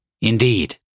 Indeed